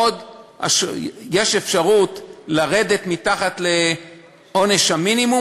יש אפשרות לרדת מתחת לעונש המינימום,